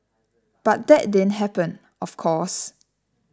but that didn't happen of course